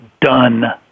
done